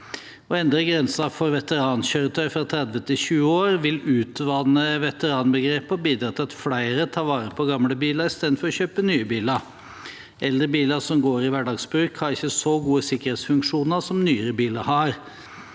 Å endre grensen for veterankjøretøy fra 30 til 20 år vil utvanne veteranbegrepet og bidra til at flere tar vare på gamle biler i stedet for å kjøpe nye biler. Eldre biler som går i hverdagsbruk, har ikke så gode sikkerhetsfunksjoner som nyere biler har.